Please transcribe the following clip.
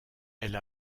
elle